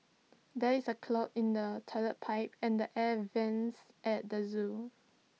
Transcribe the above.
there is A clog in the Toilet Pipe and the air Vents at the Zoo